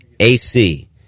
AC